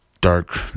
dark